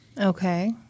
Okay